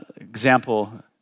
Example